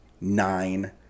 nine